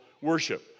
worship